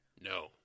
No